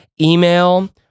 email